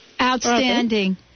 Outstanding